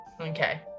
Okay